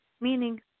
meaning